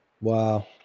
Wow